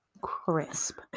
crisp